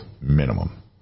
minimum